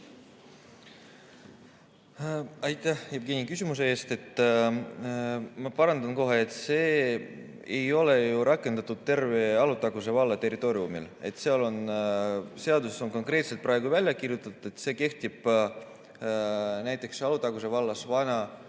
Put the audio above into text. Aitäh, Jevgeni, küsimuse eest! Ma parandan kohe, et seda ei ole ju rakendatud terve Alutaguse valla territooriumil. Seaduses on konkreetselt praegu välja kirjutatud, et see kehtib näiteks Alutaguse vallas vana